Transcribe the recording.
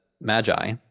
magi